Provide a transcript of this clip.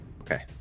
okay